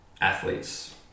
athletes